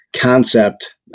concept